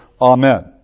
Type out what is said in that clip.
Amen